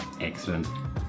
Excellent